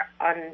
on